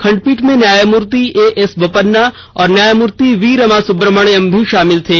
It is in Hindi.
खंडपीठ में न्यायमूर्ति ए एस बोपन्ना और न्यायमूर्ति वी रमासुब्रमण्यम भी शामिल थे